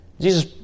Jesus